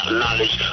knowledge